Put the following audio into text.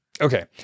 okay